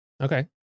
okay